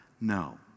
No